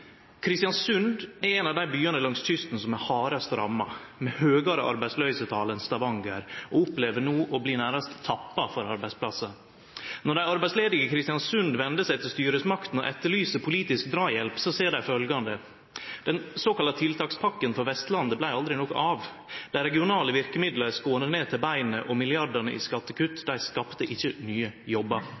er ein av dei byane langs kysten som er hardast ramma, med høgare arbeidsløysetal enn Stavanger, og opplever no å bli nærast tappa for arbeidsplassar. Når dei arbeidsledige i Kristiansund vender seg til styresmaktene og etterlyser politisk draghjelp, ser dei følgjande: Den såkalla tiltakspakka for Vestlandet vart aldri noko av. Dei regionale verkemidla er skorne ned til beinet, og milliardane i skattekutt skapte ikkje nye jobbar.